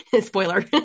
Spoiler